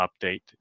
Update